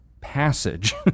passage